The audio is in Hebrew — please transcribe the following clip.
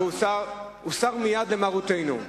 הוא סר מייד למרותנו.